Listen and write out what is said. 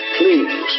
please